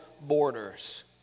borders